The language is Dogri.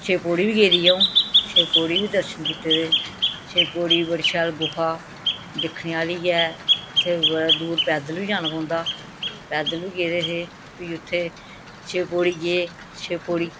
शिवखोड़ी बी गेदी अ'ऊं शिवखोड़ी बी दर्शन कीते दे शिवखोड़ी बड़ी शैल गुफा दिक्खने आह्ली ऐ इत्थें बड़ा दूर पैदल बी जाना पौंदा पैदल बी गेदे हे फ्ही उत्थें शिवखोड़ी गे शिवखोड़ी